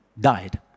died